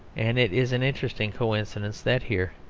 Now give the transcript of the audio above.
and it is an interesting coincidence that here,